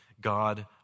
God